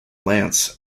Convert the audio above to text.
lance